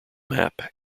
map